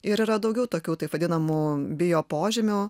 ir yra daugiau tokių taip vadinamų biopožymių